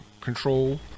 control